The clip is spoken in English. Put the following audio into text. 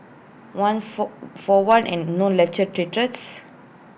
one for for one and no lecture theatres